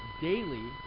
daily